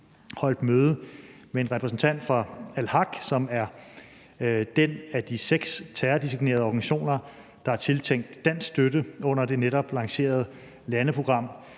holdt møde med en repræsentant fra Al-Haq, som er den af de seks terrordesignerede organisationer, der er tiltænkt dansk støtte under det netop lancerede landeprogram